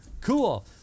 Cool